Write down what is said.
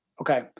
Okay